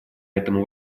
этому